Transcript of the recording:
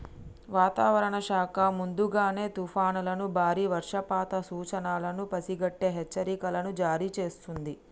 వాతావరణ శాఖ ముందుగానే తుఫానులను బారి వర్షపాత సూచనలను పసిగట్టి హెచ్చరికలను జారీ చేస్తుంది